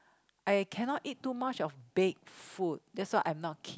I cannot eat too much of baked food that's why I'm not keen